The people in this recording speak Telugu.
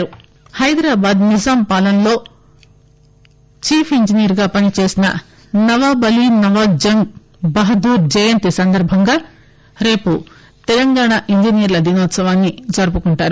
ఇంజనీర్స్ డే హైదరాబాద్ నిజాం పాలనలో ఛీఫ్ ఇంజనీర్గా పనిచేసిన నవాబ్ అలి నవాజ్ జంగ్ బహదూర్ జయంతి సందర్భంగా రేపు తెలంగాణా ఇంజనీర్ల దినోత్సవాన్ని జరుపుకుంటారు